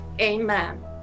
amen